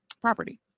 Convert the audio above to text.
property